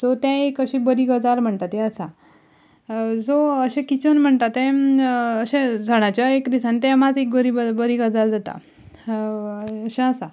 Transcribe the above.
so तें एक अशी बरी गजाल म्हणटा ती आसा सो अशें किचन म्हणटा तें सणाच्या एक दिसान तें मात एक बरी गजाल जाता अशें आसा